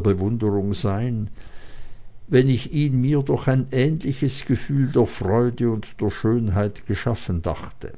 bewunderung sein wenn ich ihn mir durch ein ähnliches gefühl der freude und der schönheit geschaffen dachte